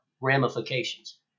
ramifications